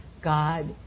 God